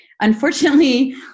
unfortunately